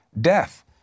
death